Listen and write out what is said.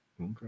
Okay